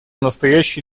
настоящей